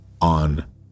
on